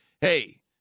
Hey